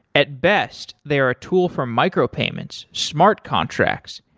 at best, they are a tool for micropayments, smart contracts,